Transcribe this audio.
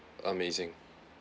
amazing